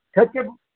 ସେତ୍କେ